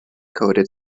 coded